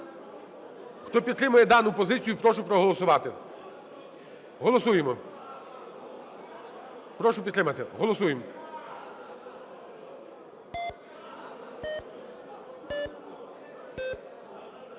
хто підтримує дану позицію, прошу проголосувати. Голосуємо. Прошу підтримати. Голосуємо.